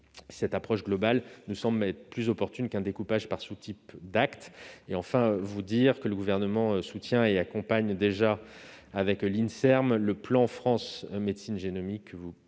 Cette approche globale nous semble en effet plus opportune qu'un découpage par sous-type d'actes. Enfin, le Gouvernement soutient et accompagne déjà, avec l'Inserm, le plan France médecine génomique, que vous connaissez